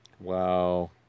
Wow